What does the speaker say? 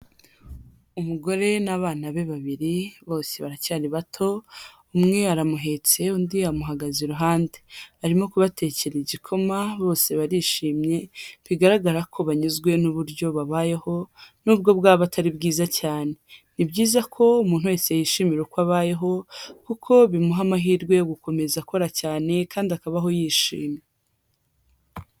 Umugore n'abana be babiri bose baracyari bato, umwe aramuhetse undi amuhagaze iruhande arimo kubatekera igikoma bose barishimye bigaragara ko banyuzwe n'uburyo babayeho nubwo bwaba atari bwiza cyane, ni byiza ko umuntu wese yishimira uko abayeho kuko bimuha amahirwe yo gukomeza akora cyane kandi akabaho yishimye.